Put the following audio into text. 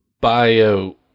Bio